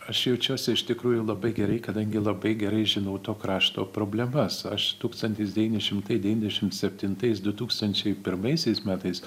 aš jaučiuosi iš tikrųjų labai gerai kadangi labai gerai žinau to krašto problemas aš tūkstantis devyni šimtai devyniasdešimt septintais du tūkstančiai pirmais metais